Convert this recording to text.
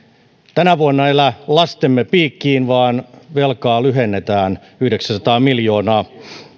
tänä vuonna elä lastemme piikkiin vaan velkaa lyhennetään yhdeksänsataa miljoonaa